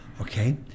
Okay